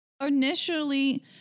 initially